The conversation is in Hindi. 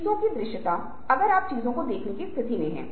सबसे पहले आप समस्या को परिभाषित करे